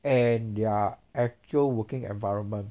and their actual working environment